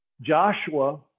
Joshua